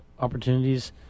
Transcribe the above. opportunities